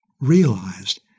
realized